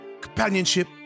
companionship